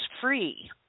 free